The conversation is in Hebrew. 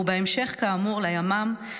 ובהמשך כאמור לימ"מ,